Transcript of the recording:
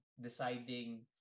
deciding